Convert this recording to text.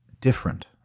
different